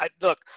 Look